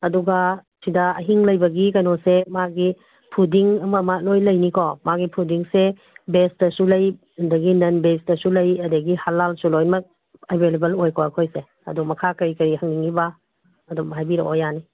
ꯑꯗꯨꯒ ꯁꯤꯗ ꯑꯍꯤꯡ ꯂꯩꯕꯒꯤ ꯀꯩꯅꯣꯁꯦ ꯃꯥꯒꯤ ꯐꯨꯗꯤꯡ ꯑꯃ ꯑꯃ ꯂꯣꯏꯅ ꯂꯩꯅꯤꯀꯣ ꯃꯥꯒꯤ ꯐꯨꯗꯤꯡꯁꯦ ꯕꯦꯖꯇꯁꯨ ꯂꯩ ꯑꯗꯨꯗꯒꯤ ꯅꯟ ꯕꯦꯖꯇꯁꯨ ꯂꯩ ꯑꯗꯨꯗꯒꯤ ꯍꯜꯂꯥꯜꯁꯨ ꯂꯣꯏꯅꯃꯛ ꯑꯦꯕꯥꯏꯂꯦꯕꯜ ꯑꯣꯏꯀꯣ ꯑꯩꯈꯣꯏꯁꯦ ꯑꯗꯣ ꯃꯈꯥ ꯀꯔꯤ ꯀꯔꯤ ꯍꯪꯅꯤꯡꯉꯤꯕ ꯑꯗꯨꯝ ꯍꯥꯏꯕꯤꯔꯛꯑꯣ ꯌꯥꯅꯤ